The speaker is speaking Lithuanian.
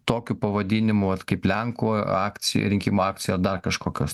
tokiu pavadinimu vat kaip lenkų akcija rinkimų akcija ar dar kažkokios